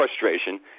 frustration